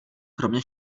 kromě